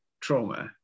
trauma